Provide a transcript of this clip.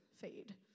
fade